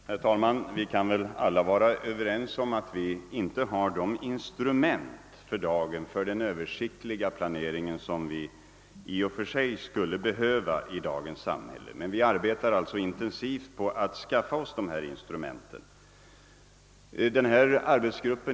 Herr talman! Vi kan väl alla vara överens om att vi för dagen inte har de instrument för den översiktliga planeringen, som i och för sig skulle behövas. Men vi arbetar intensivt på att skaffa oss dessa instrument. Den arbetsgrupp.